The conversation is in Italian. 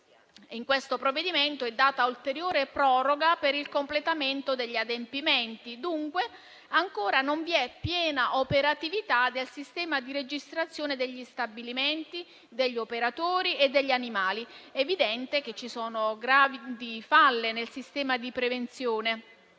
In questo provvedimento è data ulteriore proroga per il completamento degli adempimenti. Dunque, ancora non vi è piena operatività del sistema di registrazione degli stabilimenti, degli operatori e degli animali. È evidente che ci sono gravi falle nel sistema di prevenzione